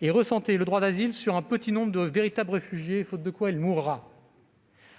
et recentrer le droit d'asile sur un petit nombre de véritables réfugiés, faute de quoi il mourra.